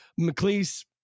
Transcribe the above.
mcleese